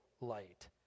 light